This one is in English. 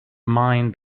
mind